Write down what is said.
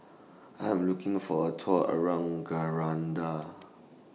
I Am looking For A Tour around Grenada